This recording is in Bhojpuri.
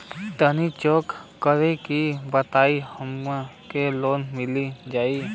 तनि चेक कर के बताई हम के लोन मिल जाई?